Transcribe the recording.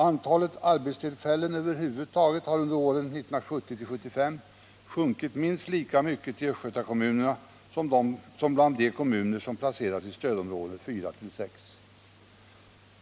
Antalet arbetstillfällen över huvud taget har under åren 1970-1975 sjunkit minst lika mycket i Östgötakommunerna som bland de kommuner som placerats i stödområdena 4-6.